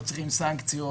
לא צריכים סנקציות